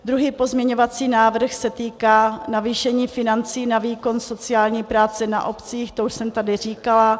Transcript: Druhý pozměňovací návrh se týká navýšení financí na výkon sociální práce na obcích, to už jsem tady říkala.